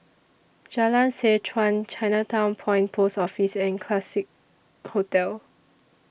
Jalan Seh Chuan Chinatown Point Post Office and Classique Hotel